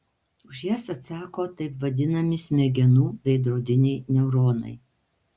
už jas atsako taip vadinami smegenų veidrodiniai neuronai